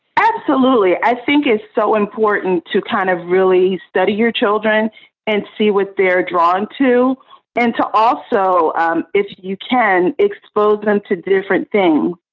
absolutely. i think it's so important to kind of really study your children and see what they're drawn to and to also um if you can expose them to different things.